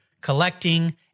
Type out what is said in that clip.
collecting